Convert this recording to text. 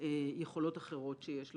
יכולות אחרות שיש לוועדה.